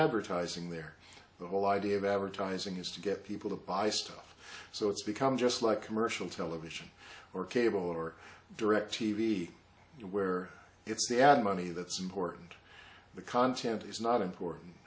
advertising there the whole idea of advertising is to get people to buy stuff so it's become just like commercial television or cable or direct t v where it's the ad money that's important the content is not important